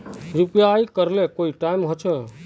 UPI करे ले कोई टाइम होचे?